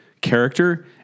character